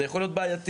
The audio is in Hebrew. זה יכול להיות בעייתי.